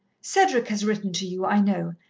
cedric has written to you, i know,